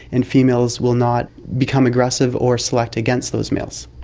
and females will not become aggressive or select against those males.